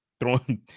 throwing